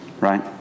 Right